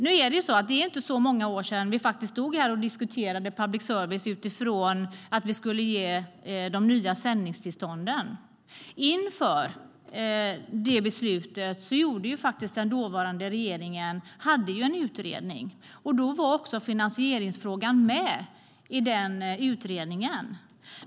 Nu är det inte så många år sedan vi stod här och diskuterade public service utifrån att vi skulle ge nya sändningstillstånd. Inför det beslutet lät den dåvarande regeringen göra en utredning, och finansieringsfrågan var också med i den utredningen.